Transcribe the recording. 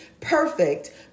perfect